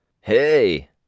Hey